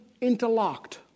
interlocked